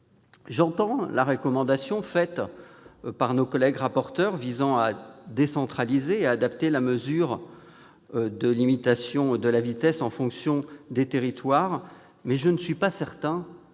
J'entends la recommandation faite par nos collègues rapporteurs visant à décentraliser et à adapter la mesure en fonction des territoires, mais je ne suis pas certain qu'elle